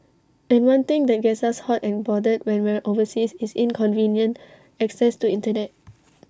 and one thing that gets us hot and bothered when we're overseas is inconvenient access to Internet